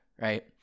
right